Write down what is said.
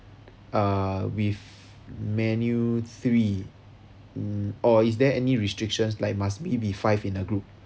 uh with menu three um or is there any restrictions like must be be five in a group